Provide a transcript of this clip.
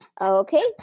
Okay